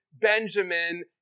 Benjamin